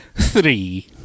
Three